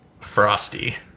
frosty